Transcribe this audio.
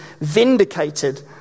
vindicated